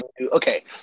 Okay